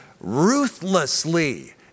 ruthlessly